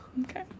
Okay